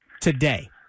today